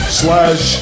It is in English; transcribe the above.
slash